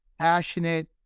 passionate